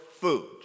food